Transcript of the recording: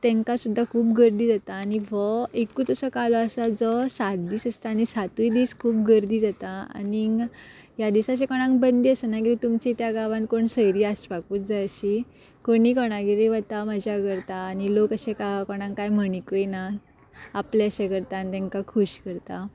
तेंकां सुद्दां खूब गर्दी जाता आनी व्हो एकूच असो कालो आसा जो सात दीस आसता आनी सातूय दीस खूब गर्दी जाता आनीग ह्या दिसा कोणाक बंदी आसना तुमची त्या गांवांन कोण सयरीं आसपाकूच जाय आशी कोणीय कोणागेरी वता मजा करता आनी लोक अशें कोणाक काय म्हणिकूय ना आपलें अशें करता आनी तेंका खुश करता